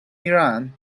iran